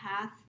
path